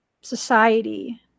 Society